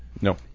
No